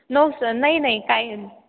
no sir नाही नाही काय नाही